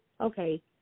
okay